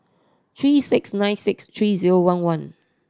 three six nine six three zero one one